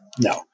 No